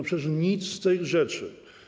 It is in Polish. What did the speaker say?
Przecież nic z tych rzeczy.